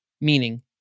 Meaning